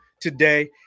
today